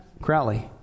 Crowley